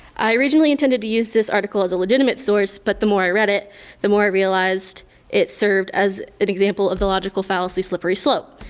i originally intended to use this article as a legitimate source but the more i read it the more i realized it served as an example of the logical fallacy slippery slope.